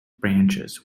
branches